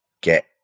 get